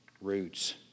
roots